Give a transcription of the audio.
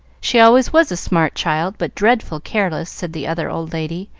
she always was a smart child, but dreadful careless, said the other old lady,